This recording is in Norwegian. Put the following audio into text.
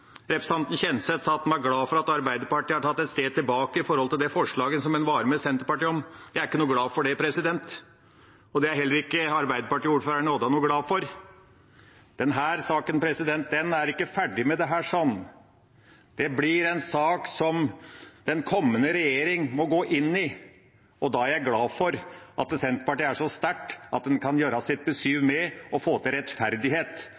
Representanten Kjenseth sa at han var glad for at Arbeiderpartiet har tatt et steg tilbake i forhold til det forslaget som de sto sammen med Senterpartiet om. Jeg er ikke noe glad for det, og det er heller ikke Arbeiderparti-ordføreren i Odda noe glad for. Denne saken er ikke ferdig med dette. Det blir en sak som den kommende regjeringen må gå inn i, og da er jeg glad for at Senterpartiet er så sterkt at det kan gi sitt besyv med og få til rettferdighet